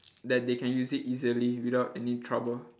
that they can use it easily without any trouble